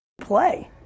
play